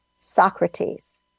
Socrates